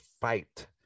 fight